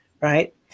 right